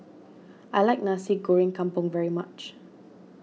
I like Nasi Goreng Kampung very much